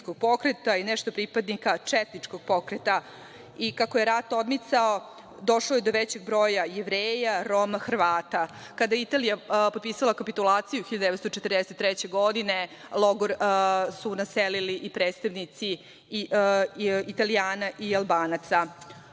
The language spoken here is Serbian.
i nešto pripadnika četničkog pokreta. Kako je rat odmicao došlo je do većeg broja Jevreja, Roma, Hrvata. Kada je Italija potpisala kapitulaciju 1943. godine, logor su naselili i predstavnici Italijana i Albanaca. Na